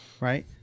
Right